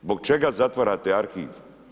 Zbog čega zatvarate arhiv?